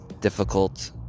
difficult